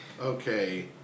Okay